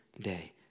day